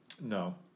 No